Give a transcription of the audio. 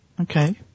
Okay